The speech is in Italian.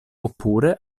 oppure